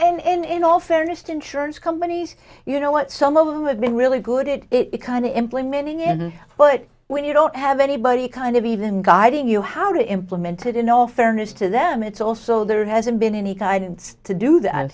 well and in all fairness to insurance companies you know what some of them have been really good at it kind of implementing and but when you don't have anybody kind of even guiding you how to implement it in all fairness to them it's also there hasn't been any guidance to do that